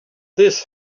this